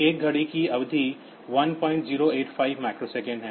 1 घड़ी की अवधि 1085 माइक्रोसेकंड है